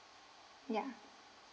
yeah